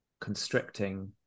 constricting